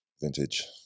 Vintage